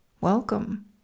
Welcome